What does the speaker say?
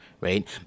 right